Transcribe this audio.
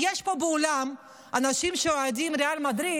אם יש פה באולם אנשים שאוהדים את ריאל מדריד,